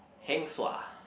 heng sua